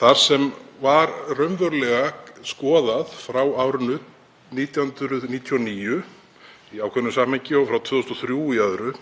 þar sem var raunverulega skoðað, frá árinu 1999 í ákveðnu samhengi, og frá 2003 í öðru,